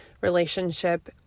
relationship